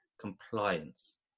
compliance